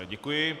Děkuji.